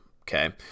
okay